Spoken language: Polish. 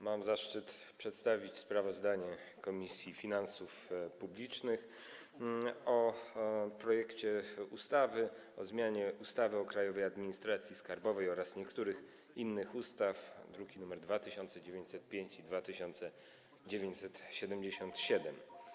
Mam zaszczyt przedstawić sprawozdanie Komisji Finansów Publicznych o projekcie ustawy o zmianie ustawy o Krajowej Administracji Skarbowej oraz niektórych innych ustaw, druki nr 2905 i 2977.